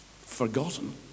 forgotten